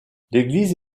l’église